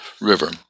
River